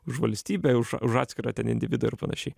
už valstybę už už atskirą ten individą ir panašiai